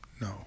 No